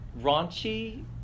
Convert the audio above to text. raunchy